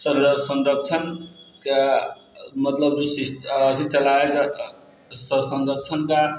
चल रहल छै संरक्षणके मतलब अथी चलाइ संरक्षण कऽ